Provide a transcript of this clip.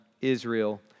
Israel